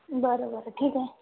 बरं बरं ठीक आहे